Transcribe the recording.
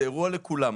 זה אירוע לכולם,